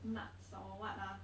nuts or what lah